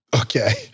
Okay